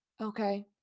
okay